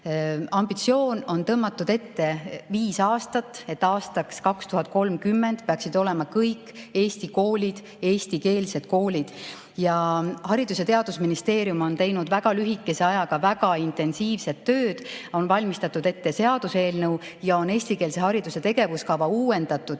Ambitsioon on seatud viis aastat: aastaks 2030 peaksid olema kõik Eesti koolid eestikeelsed koolid. Ja Haridus- ja Teadusministeerium on teinud väga lühikese ajaga väga intensiivset tööd. On valmistatud ette seaduseelnõu ja on eestikeelse hariduse tegevuskava uuendatud